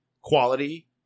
quality